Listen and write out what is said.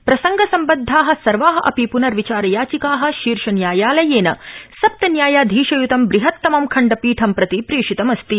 प्रसङ्ग सम्बदधा सर्वा अपि प्नर्विचार याचिका शीर्षन्यायालयेन सप्तन्यायाधीश यूतं बहहत्तमं खंडपीठं प्रति प्रेषितमस्ति